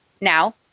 Now